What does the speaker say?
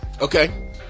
Okay